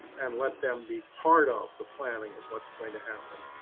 and let them be part of the planning of what's going to happen,